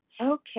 Okay